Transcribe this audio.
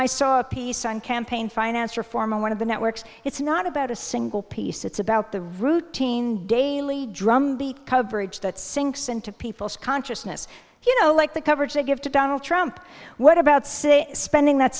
i saw a piece on campaign finance reform on one of the networks it's not about a single piece it's about the routine daily drumbeat coverage that sinks into people's consciousness you know like the coverage they give to donald trump what about say spending that